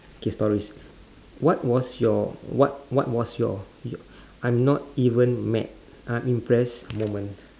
K stories what was your what what was your your I'm not even mad I'm impressed moment